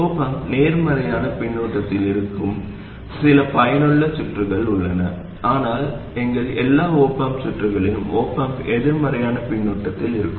op amp நேர்மறையான பின்னூட்டத்தில் இருக்கும் சில பயனுள்ள சுற்றுகள் உள்ளன ஆனால் எங்கள் எல்லா op amp சுற்றுகளிலும் op amp எதிர்மறையான பின்னூட்டத்தில் இருக்கும்